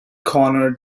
conor